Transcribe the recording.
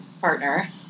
partner